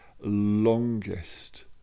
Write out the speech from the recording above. longest